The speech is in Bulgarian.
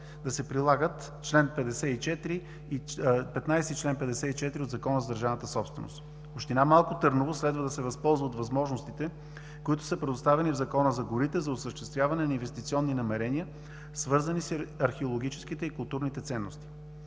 да се прилагат чл. 15 и чл. 54 от Закона за държавната собственост. Община Малко Търново следва да се възползва от възможностите, които са предоставени в Закона за горите за осъществяване на инвестиционни намерения, свързани с археологическите и културните ценности.